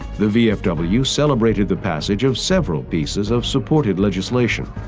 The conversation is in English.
the vfw celebrated the passage of several pieces of supported legislation.